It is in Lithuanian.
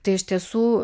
tai iš tiesų